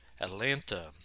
Atlanta